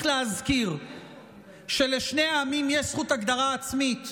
להזכיר שלשני העמים יש זכות הגדרה עצמית,